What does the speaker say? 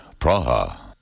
Praha